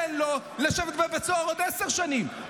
תן לו לשבת בבית סוהר עוד עשר שנים.